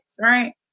Right